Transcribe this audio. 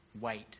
Wait